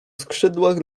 skrzydłach